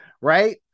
Right